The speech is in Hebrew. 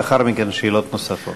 לאחר מכן, שאלות נוספות.